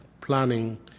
Planning